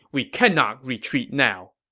we cannot retreat now.